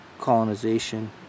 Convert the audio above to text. colonization